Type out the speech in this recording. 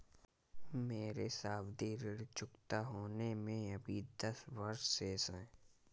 मेरे सावधि ऋण चुकता होने में अभी दस वर्ष शेष है